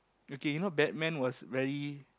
okay you know Batman was very